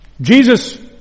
Jesus